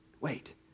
wait